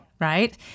right